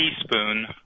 teaspoon